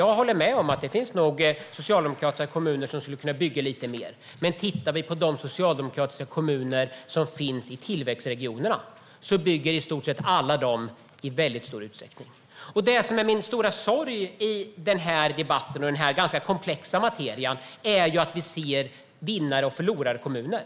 Jag håller med om att det nog finns socialdemokratiska kommuner som skulle kunna bygga lite mer. Men i stort sett alla de socialdemokratiska kommuner som finns i tillväxtregionerna bygger i väldigt stor utsträckning. Det som är min stora sorg i den här debatten om denna ganska komplexa materia är att vi ser vinnar och förlorarkommuner.